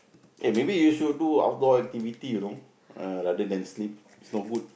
eh maybe you should do outdoor activity you know uh rather than sleep it's no good